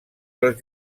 dels